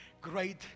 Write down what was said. great